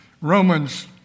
Romans